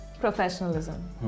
Professionalism